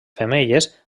femelles